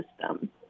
system